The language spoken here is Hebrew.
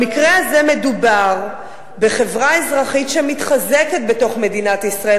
במקרה הזה מדובר בחברה אזרחית שמתחזקת בתוך מדינת ישראל,